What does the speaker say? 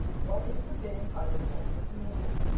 what is forbidden by the seventh commandment?